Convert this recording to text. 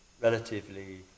relatively